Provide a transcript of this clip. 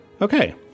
Okay